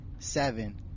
Seven